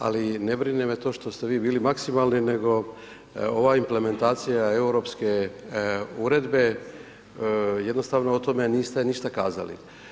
Ali ne brine me to što ste vi bili maksimalni nego ova implementacija europske uredbe jednostavno o tome niste ništa kazali.